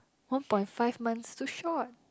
one point five months so short